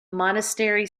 monastery